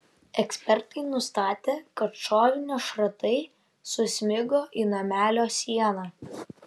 ekspertai nustatė kad šovinio šratai susmigo į namelio sieną